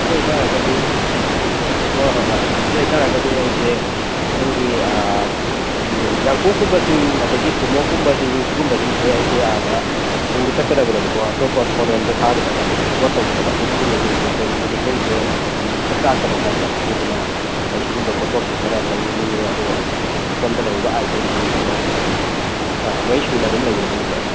ꯑꯗꯣꯏ ꯇꯥꯔꯒꯗꯤ ꯍꯣꯏ ꯍꯣꯏ ꯍꯣꯏ ꯑꯗꯨ ꯑꯣꯏꯇꯥꯔꯒꯗꯤ ꯑꯩꯁꯦ ꯁꯣꯝꯒꯤ ꯌꯥꯡꯀꯣꯛꯀꯨꯝꯕꯁꯤꯡ ꯑꯗꯒꯤ ꯊꯨꯝꯃꯣꯛꯀꯨꯝꯕꯁꯤꯡ ꯁꯨꯒꯨꯝꯕꯁꯤꯡꯁꯦ ꯑꯩꯁꯦ ꯑꯥꯗ ꯄꯨꯔ ꯆꯠꯀꯗꯕꯅꯦꯕꯀꯣ ꯑꯇꯣꯞꯄ ꯐꯣꯔꯦꯟꯗ ꯊꯥꯒꯗꯕ ꯑꯦꯛꯁꯄꯣꯔꯠ ꯇꯧꯒꯗꯕ ꯑꯗꯨ ꯁꯨꯒꯨꯝꯕꯁꯤꯡꯁꯦ ꯑꯩꯈꯣꯏ ꯇ꯭ꯔꯦꯗꯤꯁꯅꯦꯜꯁꯦ ꯁꯛ ꯇꯥꯛꯀꯗꯕ ꯍꯥꯏ ꯇꯥꯔꯦ ꯑꯗꯨꯗꯨꯅ ꯑꯩ ꯁꯨꯒꯨꯝꯕ ꯄꯣꯠꯊꯣꯛꯁꯤꯡꯁꯦ ꯈꯔ ꯂꯧꯅꯤꯡꯉꯦ ꯑꯗꯣ ꯁꯣꯝꯗ ꯂꯩꯔꯤꯕ ꯑꯥꯏꯇꯦꯝꯁꯤꯡ ꯑꯗꯣ ꯂꯣꯏ ꯁꯨꯅ ꯑꯗꯨꯝ ꯂꯩꯒꯗꯕ ꯅꯠꯇ꯭ꯔꯣ